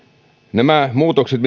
nämä muutokset